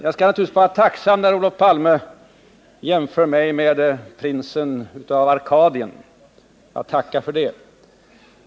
Jag borde naturligtvis vara tacksam när Olof Palme jämför mig med prinsen av Arkadien. Jag tackar för det.